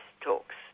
talks